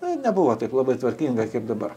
na nebuvo taip labai tvarkinga kaip dabar